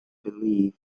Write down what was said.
believe